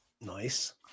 Nice